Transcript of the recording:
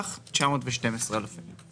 453.912 מיליון שקלים.